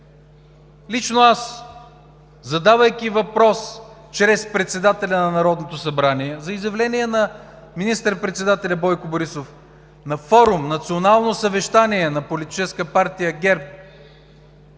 Лично аз, задавайки въпрос чрез председателя на Народното събрание за изявление на министър-председателя Бойко Борисов на форум – национално съвещание, на Политическа партия ГЕРБ,